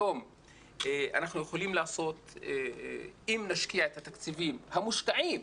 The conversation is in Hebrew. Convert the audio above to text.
אם נשקיע את התקציבים המושקעים,